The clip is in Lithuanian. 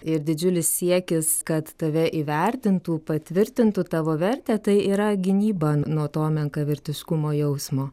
ir didžiulis siekis kad tave įvertintų patvirtintų tavo vertę tai yra gynyba nuo to menkavertiškumo jausmo